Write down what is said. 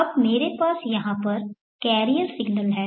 अब मेरे पास यहाँ पर कैरियर सिग्नल है